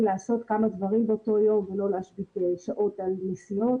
לעשות כמה דברים באותו יום ולא להשבית שעות על נסיעות